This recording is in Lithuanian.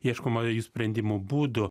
ieškoma jų sprendimo būdų